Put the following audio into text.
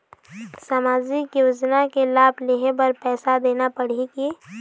सामाजिक योजना के लाभ लेहे बर पैसा देना पड़ही की?